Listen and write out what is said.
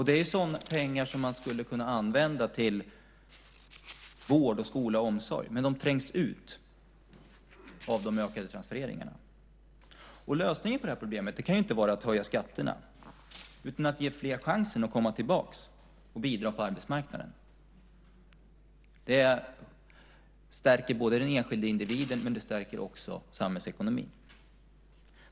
Det är sådana pengar som man skulle kunna använda till vård, skola och omsorg. Men de trängs ut av de ökade transfereringarna. Lösningen på det här problemet kan inte vara att höja skatterna, utan att ge fler chansen att komma tillbaka och bidra på arbetsmarknaden. Det stärker både den enskilde individen och samhällsekonomin.